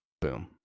Boom